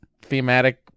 thematic